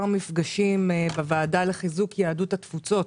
מפגשים בשדולה לחיזוק יהדות התפוצות.